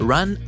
Run